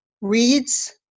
reads